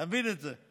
אתה מבין את זה.